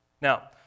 Now